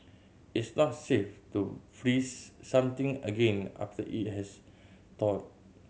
it's not safe to freeze something again after it has thawed